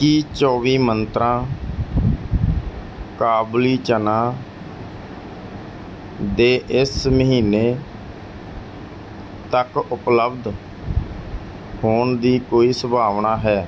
ਕੀ ਚੌਵੀ ਮੰਤਰਾਂ ਕਾਬੁਲੀ ਚਨਾ ਦੇ ਇਸ ਮਹੀਨੇ ਤੱਕ ਉਪਲੱਬਧ ਹੋਣ ਦੀ ਕੋਈ ਸੰਭਾਵਨਾ ਹੈ